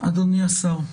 אדוני השר.